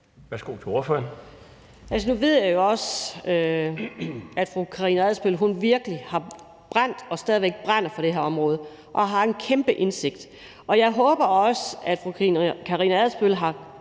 Anni Matthiesen (V): Nu ved jeg jo også, at fru Karina Adsbøl virkelig har brændt og stadig væk brænder for det her område og har en kæmpe indsigt. Jeg håber også, at fru Karina Adsbøl har